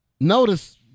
Notice